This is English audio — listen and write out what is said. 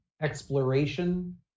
exploration